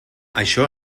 això